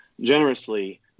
generously